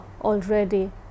already